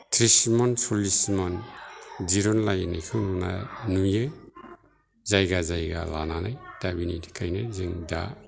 थ्रिस मन चल्लिस मन दिरुनलायनायखौ नुयो जायगा जायगा लानानै दा बिनि थाखायनो जों दा